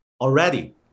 already